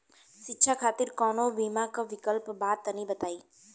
शिक्षा खातिर कौनो बीमा क विक्लप बा तनि बताई?